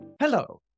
Hello